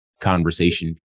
conversation